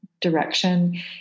direction